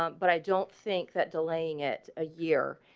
um but i don't think that delaying it a year.